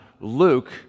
Luke